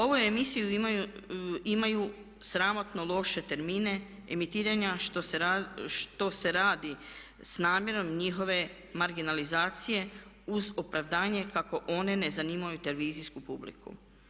Ove emisije imaju sramotno loše termine emitiranja što se radi s namjerom njihove marginalizacije uz opravdanje kako one ne zanimaju televizijsku publiku.